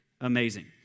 amazing